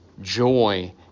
joy